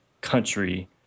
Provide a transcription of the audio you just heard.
country